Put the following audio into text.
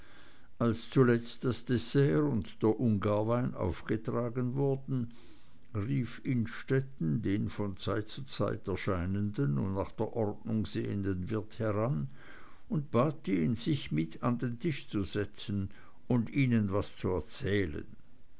als zuletzt das dessert und der ungarwein aufgetragen wurden rief innstetten den von zeit zu zeit erscheinenden und nach der ordnung sehenden wirt heran und bat ihn sich mit an den tisch zu setzen und ihnen was zu erzählen